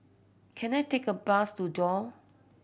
can I take a bus to Duo